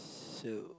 so